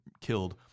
killed